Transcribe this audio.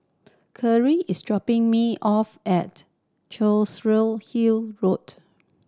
is dropping me off at Hill Road